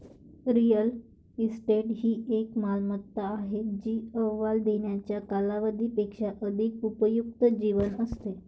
real estate ही एक मालमत्ता आहे जी अहवाल देण्याच्या कालावधी पेक्षा अधिक उपयुक्त जीवन असते